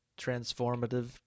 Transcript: transformative